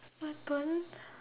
what happen